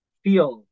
feel